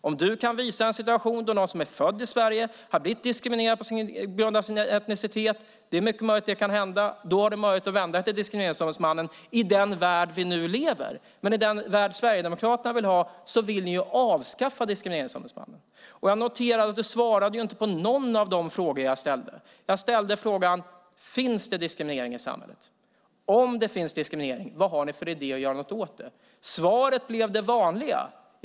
Om du kan visa en situation då någon som är född i Sverige har blivit diskriminerad på grund av sin etnicitet - det är mycket möjligt att det kan hända - har du möjlighet att vända dig till Diskrimineringsombudsmannen i den värld vi nu lever i. Men i den värld Sverigedemokraterna vill ha vill ni avskaffa Diskrimineringsombudsmannen. Jag noterade att du inte svarade på någon av de frågor jag ställde. Jag ställde frågan: Finns det diskriminering i samhället? Om det finns diskriminering, vad har ni för idé att göra något åt det? Svaret blev det vanliga.